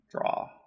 draw